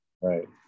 Right